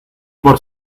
por